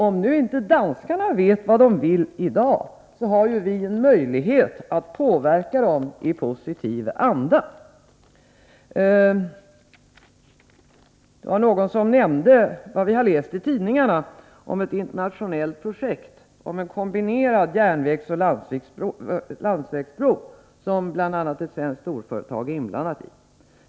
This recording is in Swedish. Om nu inte danskarna vet vad de vill i dag har vi ju möjlighet att påverka dem i positiv riktning. Någon nämnde vad vi har läst om i tidningarna, ett internationellt projekt med en kombinerad järnvägsoch landsvägsbro som bl.a. ett svenskt storföretag är inblandat i.